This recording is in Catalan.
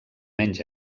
menys